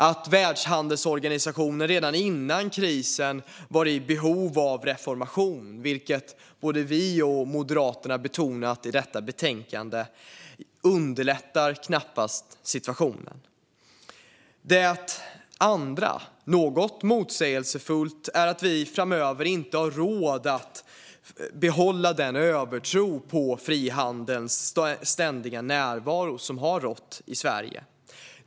Att Världshandelsorganisationen redan före krisen var i behov av reformation, vilket både vi och Moderaterna betonat i detta betänkande, underlättar knappast situationen. Det andra är, något motsägelsefullt, att vi framöver inte har råd att behålla den övertro på frihandelns ständiga närvaro som har rått i Sverige.